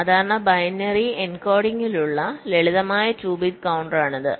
സാധാരണ ബൈനറി എൻകോഡിംഗുള്ള ലളിതമായ 2 ബിറ്റ് കൌണ്ടറാണിത്